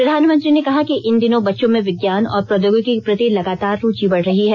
प्रधानमंत्री ने कहा कि इन दिनों बच्चों में विज्ञान और प्रौद्योगिकी के प्रति लगातार रूचि बढ रही है